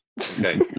Okay